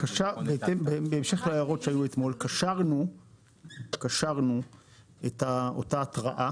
בהמשך להערות שהיו אתמול, קשרנו את אותה התראה